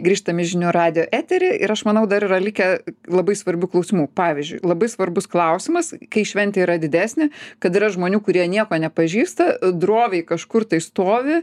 grįžtam į žinių radijo eterį ir aš manau dar yra likę labai svarbių klausimų pavyzdžiui labai svarbus klausimas kai šventė yra didesnė kad yra žmonių kurie nieko nepažįsta droviai kažkur tai stovi